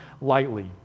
lightly